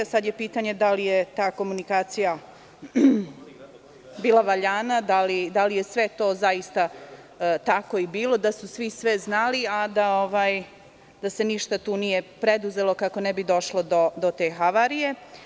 Sada je pitanje da li je ta komunikacija bila valjana, da li je sve to tako bilo, da su svi sve znali, a da se ništa nije preduzelo kako ne bi došlo do te havarije.